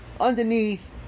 underneath